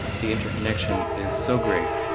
the interconnection is so great,